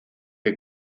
que